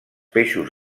peixos